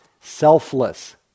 selfless